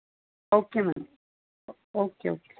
okay ma'am okay okay